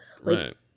Right